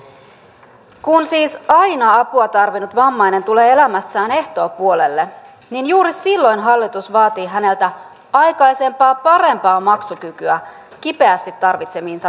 kun siis aina apua tarvinnut vammainen tulee elämässään ehtoopuolelle niin juuri silloin hallitus vaatii häneltä aikaisempaa parempaa maksukykyä hänen kipeästi tarvitsemiinsa palveluihin